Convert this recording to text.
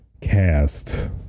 cast